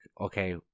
okay